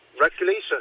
Regulation